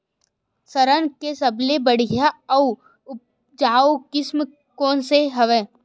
सरना के सबले बढ़िया आऊ उपजाऊ किसम कोन से हवय?